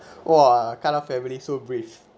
!wah! cut off family so brave